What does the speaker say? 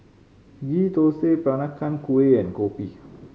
Ghee Thosai Peranakan Kueh and kopi